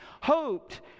Hoped